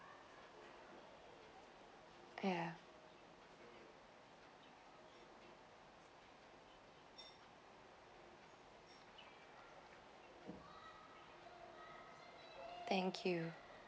ya thank you